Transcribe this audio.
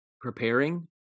preparing